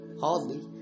Hardly